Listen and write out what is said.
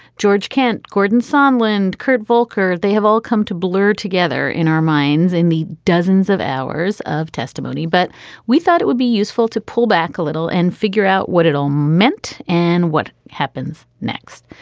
george kent, gordon sann lind, kurt volker. they have all come to blur together in our minds in the dozens of hours of testimony. but we thought it would be useful to pull back a little and figure out what it all meant and what happens next.